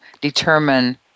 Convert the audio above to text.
determine